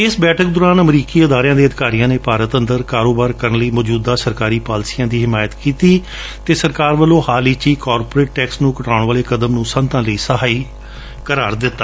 ਇਸ ਬੈਠਕ ਦੌਰਾਨ ਅਮਰੀਕੀ ਅਦਾਰਿਆਂ ਦੇ ਅਧਿਕਾਰੀਆਂ ਨੇ ਭਾਰਤ ਅੰਦਰ ਕਾਰੋਬਾਰ ਕਰਣ ਲਈ ਮੌਜੂਦਾ ਸਰਕਾਰੀ ਪਾਲਸੀਆਂ ਦੀ ਹਿਮਾਇਤ ਕੀਤੀ ਅਤੇ ਸਰਕਾਰ ਵੱਲੋਂ ਹਾਲ ਵਿੱਚ ਹੀ ਕੋਰਪੋਰੇਟ ਟੈਕਸ ਨੂੰ ਘਟਾਉਣ ਵਾਲੇ ਕਦਮ ਨੂੰ ਸਨਅਤਾਂ ਲਈ ਸਹਾਈ ਕਰਾਰ ਦਿੱਤਾ